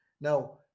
Now